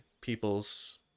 people's